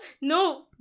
No